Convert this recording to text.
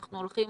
אנחנו הולכים